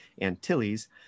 antilles